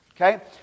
Okay